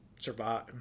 survive